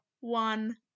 one